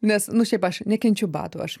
nes nu šiaip aš nekenčiu batų aš